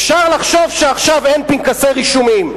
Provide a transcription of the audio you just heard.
אפשר לחשוב שעכשיו אין פנקסי רישומים.